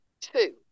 Two